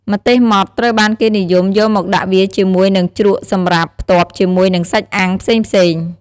ម្ទេសម៉ត់ត្រូវបានគេនិយមយកមកដាក់វាជាមួយនិងជ្រក់សម្រាប់ផ្ទាប់ជាមួយនិងសាច់អាំងផ្សេងៗ។